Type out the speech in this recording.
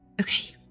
Okay